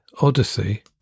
Odyssey